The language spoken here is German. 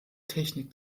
technik